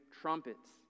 trumpets